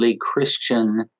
Christian